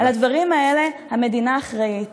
על הדברים האלה המדינה אחראית.